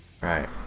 Right